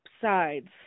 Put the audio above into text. sides